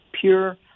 pure